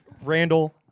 Randall